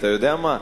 אתה יודע מה?